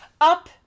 Up